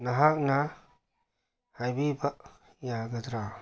ꯅꯍꯥꯛꯅ ꯍꯥꯏꯕꯤꯕ ꯌꯥꯒꯗ꯭ꯔꯥ